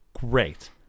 great